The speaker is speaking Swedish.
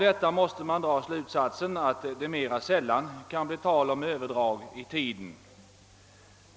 Därav måste man dra slutsatsen, att det mera sällan kan bli tal om överdrag av tiden.